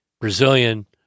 Brazilian